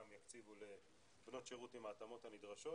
יקציבו לבנות שירות עם ההטבות הנדרשות.